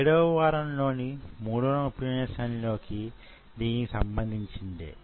7వ వారంలో 3వ ఉపన్యాసం దీనికి సంబంధించినదే